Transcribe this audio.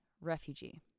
refugee